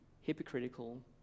hypocritical